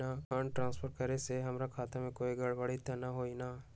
Fund transfer करे से हमर खाता में कोई गड़बड़ी त न होई न?